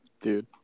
Dude